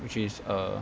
which is err